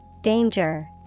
Danger